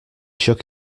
shook